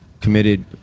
Committed